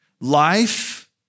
Life